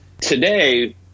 today